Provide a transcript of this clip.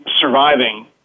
surviving